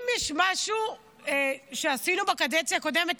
אם יש משהו שעשינו בקדנציה הקודמת,